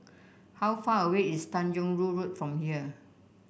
how far away is Tanjong Rhu Road from here